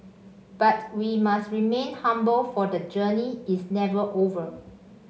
but we must remain humble for the journey is never over